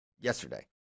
yesterday